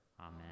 amen